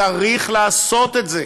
צריך לעשות את זה,